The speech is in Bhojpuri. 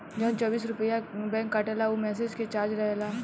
जवन चौबीस रुपइया बैंक काटेला ऊ मैसेज के चार्ज रहेला